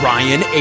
Ryan